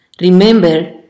Remember